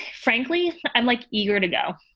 frankly, i'm like eager to go